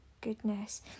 goodness